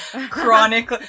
Chronic